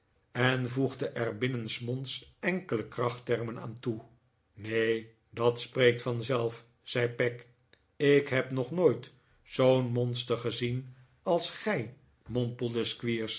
en voegde er binnensmonds enkele krachttermen aan toe neen dat spreekt vanzelf zei peg ik heb nog nooit zoo'n monster gezien als gij